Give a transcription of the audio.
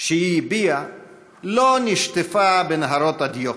שהיא הביעה לא נשטפה בנהרות הדיו,